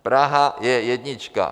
Praha je jednička.